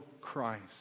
Christ